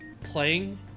playing